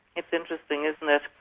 it's interesting, isn't it?